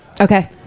Okay